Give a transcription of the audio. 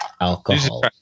Alcohol